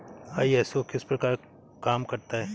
ISO किस प्रकार काम करता है